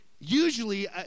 usually